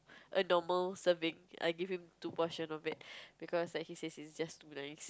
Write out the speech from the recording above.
a normal serving I give him two portion of it because like he says it's just too nice